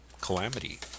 calamity